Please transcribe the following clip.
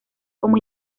como